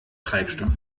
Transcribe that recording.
treibstoff